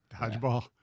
Dodgeball